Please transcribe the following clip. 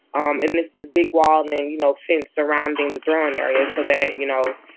um and this is big walding, you know, fans surrounding the drone area so that, you know,